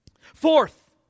Fourth